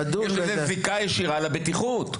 יש לזה זיקה ישירה לבטיחות.